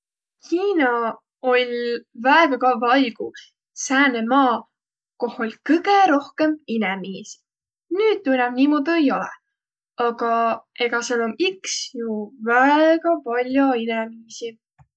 Hiina oll' väega kavva aigu sääne maa, koh oll' kõgõ rohkõmb inemiisi. Nüüd tuu inämb niimuudu ei olõq, aga egaq sääl om iks jo väega pall'o inemiisi.